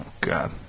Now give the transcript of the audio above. God